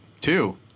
Two